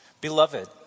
Beloved